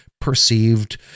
perceived